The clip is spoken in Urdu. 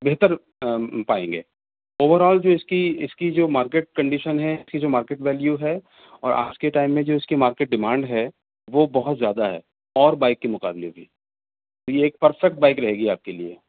بہتر پائیں گے اوور آل جو اس کی اس کی جو مارکیٹ کنڈیشن ہے اس کی جو مارکیٹ ویلیو ہے اور آج کے ٹائم میں جو اس کی مارکیٹ ڈیمانڈ ہے وہ بہت زیادہ ہے اور بائک کے مقابلے بھی تو یہ پرفیکٹ بائک رہے گی آپ کے لیے